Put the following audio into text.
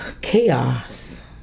chaos